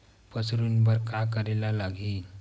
पशु ऋण बर का करे ला लगही?